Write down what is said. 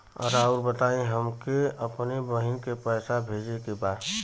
राउर बताई हमके अपने बहिन के पैसा भेजे के बा?